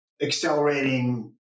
accelerating